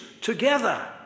together